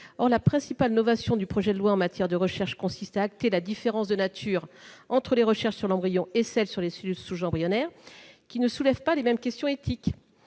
Or la principale novation du projet de loi en matière de recherche consiste à acter la différence de nature entre les recherches sur l'embryon et celles sur les cellules souches embryonnaires, qui ne soulèvent pas les mêmes questions éthiques.